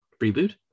reboot